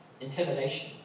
Intimidation